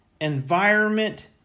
environment